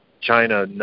China